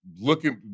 looking